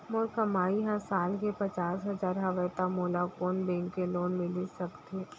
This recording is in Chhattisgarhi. मोर कमाई ह साल के पचास हजार हवय त मोला कोन बैंक के लोन मिलिस सकथे?